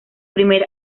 primer